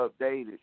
updated